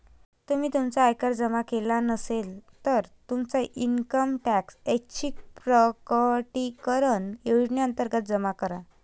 तुम्ही तुमचा आयकर जमा केला नसेल, तर तुमचा इन्कम टॅक्स ऐच्छिक प्रकटीकरण योजनेअंतर्गत जमा करा